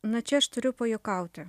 na čia aš turiu pajuokauti